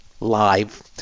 Live